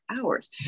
hours